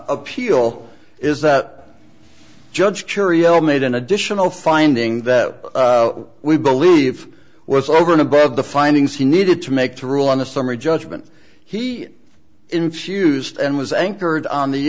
appeal is that judge curial made an additional finding that we believe was over and above the findings he needed to make to rule on the summary judgment he infused and was anchored on the